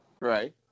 Right